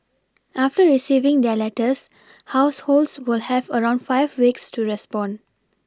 after receiving their letters households will have around five weeks to respond